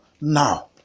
Now